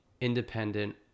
independent